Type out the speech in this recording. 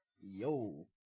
Yo